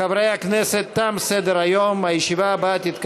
חברי הכנסת, בעד החוק,